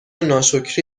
ناشکری